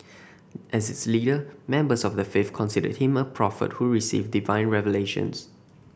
as its leader members of the faith considered him a prophet who received divine revelations